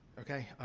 okay.